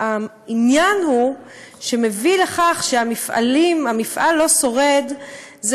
העניין שמביא לכך שהמפעל לא שורד הוא